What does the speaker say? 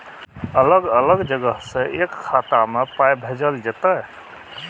अलग अलग जगह से एक खाता मे पाय भैजल जेततै?